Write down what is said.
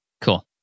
Cool